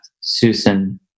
Susan